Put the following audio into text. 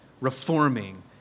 reforming